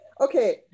Okay